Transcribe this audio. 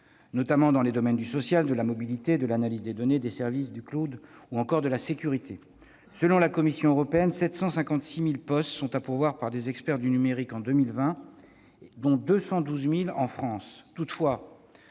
notamment dans les domaines du social, de la mobilité, de l'analyse des données, des services, du ou de la sécurité. Selon la Commission européenne, 756 000 postes sont à pourvoir par des experts du numérique en 2020, dont 212 000 en France.